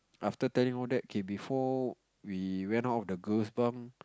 after telling all that K before we went out of the girls bunk